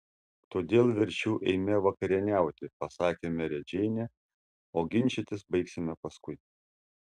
todėl verčiau eime vakarieniauti pasakė merė džeinė o ginčytis baigsime paskui